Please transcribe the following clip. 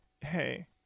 hey